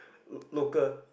l~ local